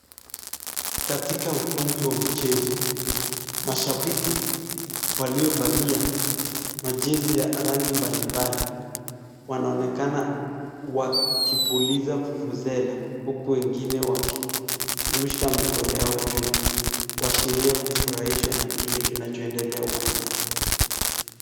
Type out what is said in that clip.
Katika ukumbi wa mchezo, mashabiki waliovalia majezi ya rangi mbalimbali wanaonekana wakipuliza vuvuzela huku wengine wakirusha mikono yao juu kuashiria kufurahishwa na kile kinachoendelea uwanjani.